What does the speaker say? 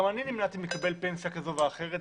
גם אני נמנעתי מקבלת פנסיה כזו או אחרת,